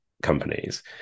companies